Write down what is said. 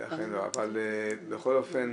כך במגזר הציבורי, למה הן לא עוברות,